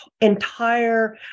entire